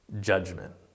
judgment